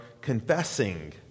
confessing